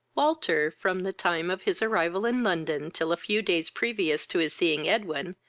walter, from the time of his arrival in london, till a few days previous to his seeing edwin,